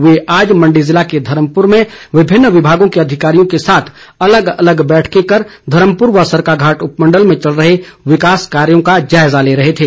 वे आज मण्डी जिले के धर्मपूर में विभिन्न विभागों के अधिकारियों के साथ अलग अलग बैठकें कर धर्मपुर व सरकाघाट उपमण्डल में चल रहे विकास कार्यों का जायजा ले रहे थे